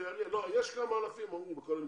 יש כמה אלפים בכל המקצועות.